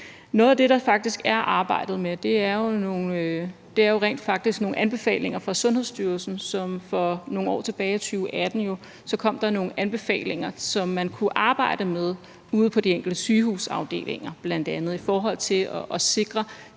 Noget af det, der rent faktisk er arbejdet med, er nogle anbefalinger fra Sundhedsstyrelsen. For nogle år tilbage, i 2018, kom der nogle anbefalinger, som man kunne arbejde med bl.a. ude på de enkelte sygehusafdelinger, i forhold til at sikre